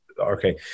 Okay